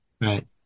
Right